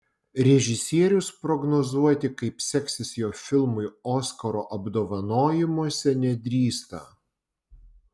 režisierius prognozuoti kaip seksis jo filmui oskaro apdovanojimuose nedrįsta